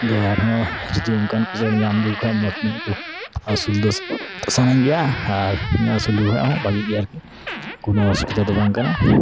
ᱟᱨᱦᱚᱸ ᱡᱩᱫᱤ ᱚᱱᱠᱟᱱ ᱠᱚ ᱪᱮᱬᱮ ᱧᱟᱢ ᱞᱮᱠᱚ ᱠᱷᱟᱡ ᱢᱚᱡᱽ ᱧᱚᱜ ᱠᱚ ᱟᱹᱥᱩᱞ ᱫᱚ ᱥᱟᱱᱟᱧ ᱜᱮᱭᱟ ᱟᱨ ᱤᱧᱟᱹᱜ ᱟᱹᱥᱩᱞ ᱞᱮᱠᱚ ᱠᱷᱚᱡ ᱦᱚᱸ ᱵᱷᱟᱹᱜᱮ ᱜᱮ ᱟᱨᱠᱤ ᱠᱳᱱᱳ ᱚᱥᱩᱵᱤᱫᱷᱟ ᱫᱚ ᱵᱟᱝ ᱠᱟᱱᱟ